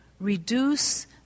reduce